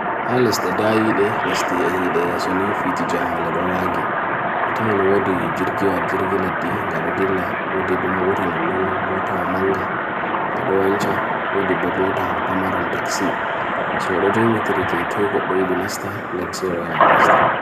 Haa leste dayi de, leste ehi de, suni fiti jaa le do agi. Atawan wo di jirgi wa dirgi leti, nga do dilla, wo di bumotan on non, motaw manga, nga do ancha, wo di bumotan on pamaron taksi. So do join gitirite, twigot do i dinasta, nenseo ya onasta.